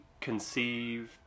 conceived